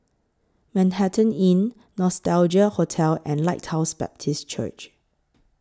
Manhattan Inn Nostalgia Hotel and Lighthouse Baptist Church